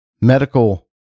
medical